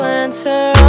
answer